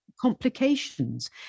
complications